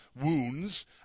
wounds